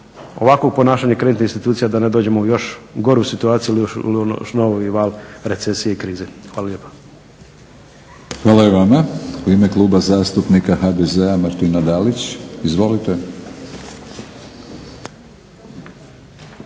ovakvog ponašanja kreditnih institucija da ne dođemo u još goru situaciju ili još novi val recesije i krize. Hvala lijepa. **Batinić, Milorad (HNS)** Hvala i vama. U ime Kluba zastupnika HDZ-a Martina Dalić. Izvolite.